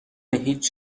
هیچ